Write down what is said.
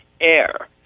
air